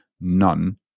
none